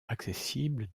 accessible